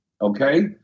okay